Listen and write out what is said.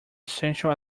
essential